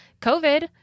COVID